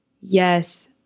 yes